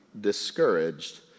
discouraged